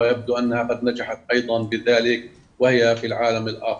וכנראה שהצליחה גם בהיותה בעולם הבא.